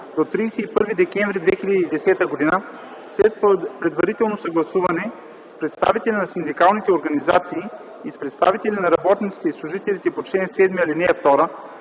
до 31 декември 2010 г. след предварително съгласуване с представителите на синдикалните организации и с представителите на работниците и служителите по чл. 7, ал. 2